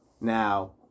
now